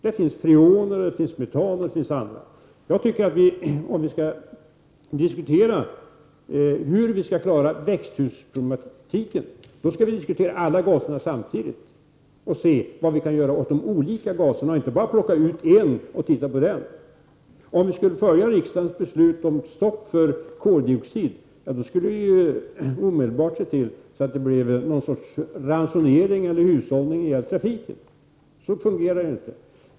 Det finns freoner, metaner och annat. Om vi skall diskutera hur vi skall klara växthusproblematiken skall vi diskutera alla gaserna samtidigt och se vad vi kan göra åt de olika gaserna, inte bara plocka ut en och titta på den. Om vi skulle följa riksdagens beslut om stopp för koldioxid, skulle vi omedelbart se till att det blev någon sorts ransonering eller hushållning i trafiken. Så fungerar det inte.